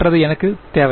மற்றதை எனக்கு தேவை